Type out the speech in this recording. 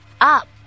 up